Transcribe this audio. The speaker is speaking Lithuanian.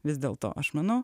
vis dėl to aš manau